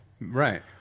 Right